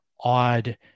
odd